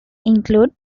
include